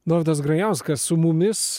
dovydas grajauskas su mumis